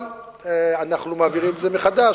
אבל אנחנו מעבירים את זה מחדש,